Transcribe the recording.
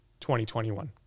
2021